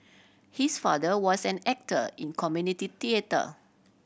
his father was an actor in community theatre